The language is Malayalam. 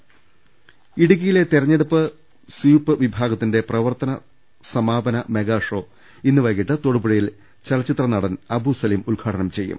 പദ്രവ്ഷ്ടങ ഇടുക്കിയിലെ തെരഞ്ഞെടുപ്പ് സ്വീപ്പ് വിഭാഗത്തിന്റെ പ്രവർത്തന സമാ പന മെഗാഷോ ഇന്ന് വൈകീട്ട് തൊടുപുഴയിൽ ചലച്ചിത്ര നടൻ അബു സലിം ഉദ്ഘാടനം ചെയ്യും